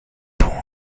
bon